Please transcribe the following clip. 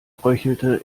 röchelte